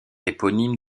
éponyme